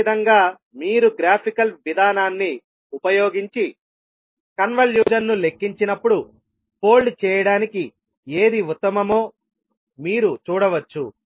అదేవిధంగా మీరు గ్రాఫికల్ విధానాన్ని ఉపయోగించి కన్వల్యూషన్ ను లెక్కించినప్పుడు ఫోల్డ్ చేయడానికి ఏది ఉత్తమమో మీరు చూడవచ్చు